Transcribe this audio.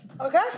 Okay